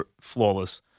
flawless